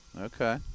Okay